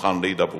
המוכן להידברות.